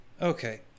okay